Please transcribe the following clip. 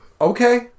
okay